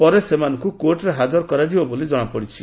ପରେ ସେମାନଙ୍କୁ କୋର୍ଟରେ ହାଜର କରାଯିବ ବୋଲି ଜଣାପଡ଼ିଛି